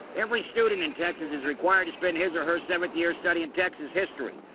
every student in texas is required to spend his or her seventh year studying texas history.